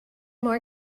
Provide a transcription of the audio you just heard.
more